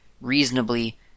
reasonably